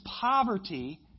poverty